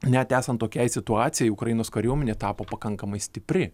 net esant tokiai situacijai ukrainos kariuomenė tapo pakankamai stipri